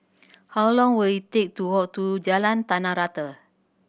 how long will it take to walk to Jalan Tanah Rata